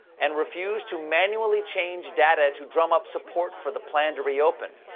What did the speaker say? and refused to manually change data to drum up support for the plan to reopen.